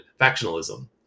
factionalism